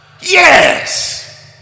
Yes